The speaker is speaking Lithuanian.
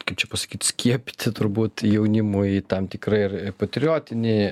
kaip čia pasakyt skiepyti turbūt jaunimui tam tikrą ir patriotinį